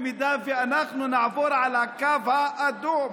שבמידה שאנחנו נעבור את הקו האדום,